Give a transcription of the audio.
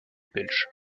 belge